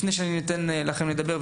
לפני שאני אתן לכם לדבר,